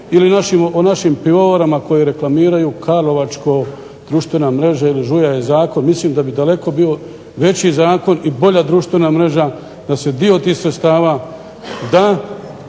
ili o našim pivovarama koje reklamiraju "Karlovačko, društvena mreža" ili "Žuja je zakon" mislim da bi bio daleko veći zakon i bolja društvena mreža da se dio tih sredstava da,